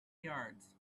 yards